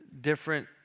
different